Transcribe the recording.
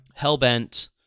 Hellbent